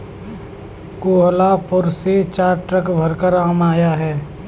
कोहलापुर से चार ट्रक भरकर आम आया है